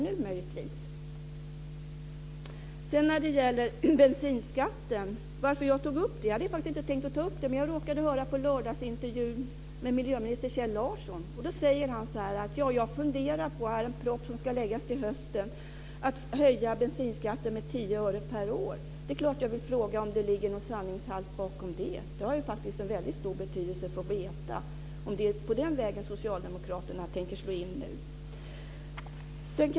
Anledningen till att jag tog upp bensinskattefrågan - jag hade faktiskt inte tänkt att ta upp den frågan - är att jag råkade lyssna på lördagsintervjun med miljöminister Kjell Larsson. Han sade då: Jag funderar på att i den proposition som ska läggas fram till hösten höja bensinskatten med tio öre per år. Det är klart att jag undrar om det ligger någon sanningshalt i detta. Det har ju väldigt stor betydelse att få veta om det är den vägen som Socialdemokraterna nu tänker slå in på.